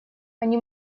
они